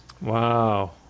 wow